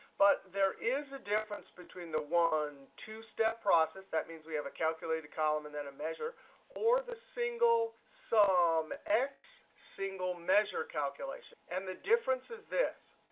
but there is a difference between the one, two step process that means we have a calculated column and then a measure or the single so um sumx single measure calculation. and the difference is this.